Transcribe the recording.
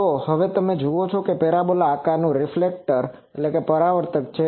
તો તમે જુઓ ત્યાં એક પરાબોલા આકાર નું રીફ્લેક્ટર Reflectorપરાવર્તક છે